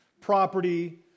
property